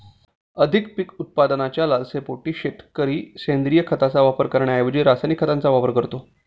अधिक पीक उत्पादनाच्या लालसेपोटी शेतकरी सेंद्रिय खताचा वापर करण्याऐवजी रासायनिक खतांचा वापर करतो